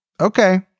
okay